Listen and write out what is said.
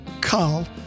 Carl